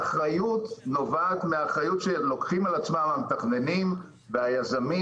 האחריות נובעת ממה שלוקחים על עצמם המתכננים והיזמים